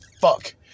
fuck